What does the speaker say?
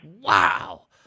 Wow